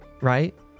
right